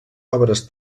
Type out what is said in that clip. obres